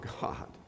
God